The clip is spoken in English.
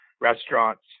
restaurants